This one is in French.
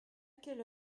quelle